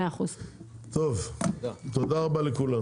תודה רבה לכולם.